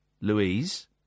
Louise